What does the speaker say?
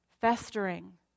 festering